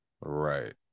Right